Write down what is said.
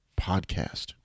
Podcast